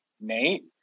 Nate